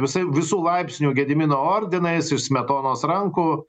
visaip visų laipsnių gedimino ordinais iš smetonos rankų